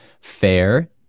Fair